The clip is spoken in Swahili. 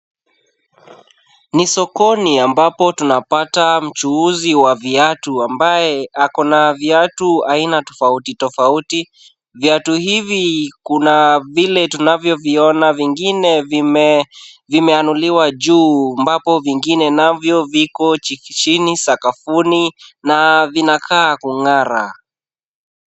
Ni sokoni ambapo tunapata mchuuzi wa viatu ambaye ako na viatu, aina tofauti tofauti, viatu hivi kuna vile tunavyoviona vingine vime, vimeanuliwa juu mbapo vingine navyo viko chini sakafuni, na vinakaa kung'ara.